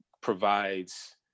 provides